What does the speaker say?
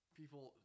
people